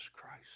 Christ